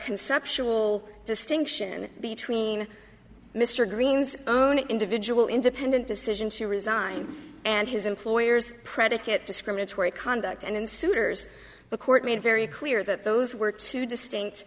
conceptual distinction between mr green's own individual independent decision to resign and his employer's predicate discriminatory conduct and suitors the court made very clear that those were two distinct